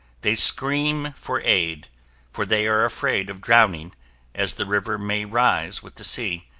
they scream for aid for they are afraid of drowning as the river may rise with the sea,